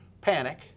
panic